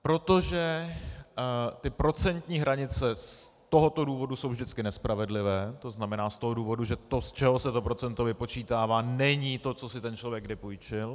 Protože ty procentní hranice z tohoto důvodu jsou vždycky nespravedlivé, to znamená, z toho důvodu, že to, z čeho se to procento vypočítává, není to, co si ten člověk kdy půjčil.